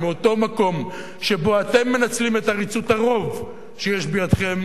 מאותו מקום שבו אתם מנצלים את עריצות הרוב שיש בידכם